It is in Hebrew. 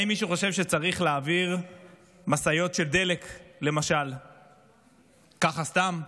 האם מישהו חושב שצריך להעביר משאיות של דלק למשל ככה סתם?